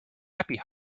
happy